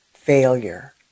failure